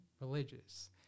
religious